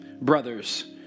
brothers